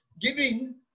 giving